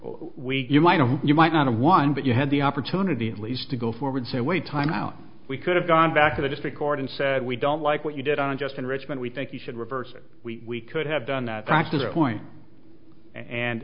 we you might you might not have won but you had the opportunity at least to go forward so wait time out we could have gone back to the district court and said we don't like what you did on unjust enrichment we think you should reverse it we could have done that